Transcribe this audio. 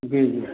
जी जी